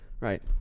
Right